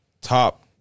top